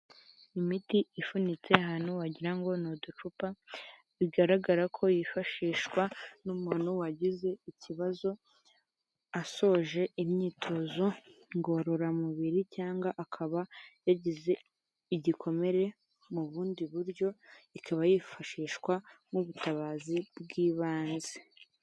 Imiti ifunitse ahantu wagira ngo ni muducupa, bigaragara ko yifashishwa n'umuntu wagize ikibazo asoje imyitozo ngororamubiri cyangwa akaba yagize igikomere mu bundi buryo ikaba yifashishwa nk'ubutabazi bw'ibanze.